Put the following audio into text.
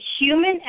human